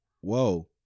whoa